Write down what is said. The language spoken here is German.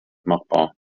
machbar